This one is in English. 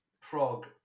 Prague